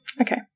Okay